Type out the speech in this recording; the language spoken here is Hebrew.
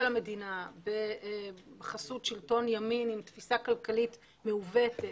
המדינה בחסות שלטון ימין עם תפיסה כלכלית מעוותת,